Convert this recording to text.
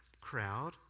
crowd